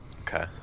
Okay